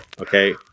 Okay